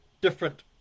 different